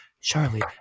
charlie